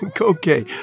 Okay